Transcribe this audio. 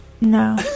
No